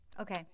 Okay